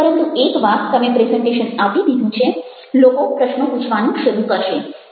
પરંતુ એક વાર તમે પ્રેઝન્ટેશન આપી દીધું છે લોકો પ્રશ્નો પૂછવાનું શરૂ કરશે